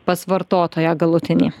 pas vartotoją galutinį